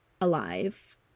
alive